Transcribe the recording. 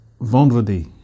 Vendredi